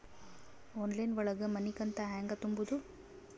Online ಒಳಗ ಮನಿಕಂತ ಹ್ಯಾಂಗ ತುಂಬುದು?